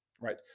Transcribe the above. right